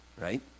right